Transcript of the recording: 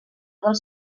dels